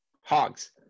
hogs